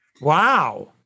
Wow